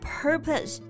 purpose